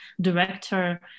director